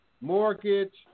mortgage